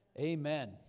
Amen